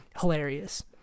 Hilarious